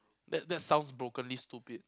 that that sounds brokenly stupid